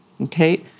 okay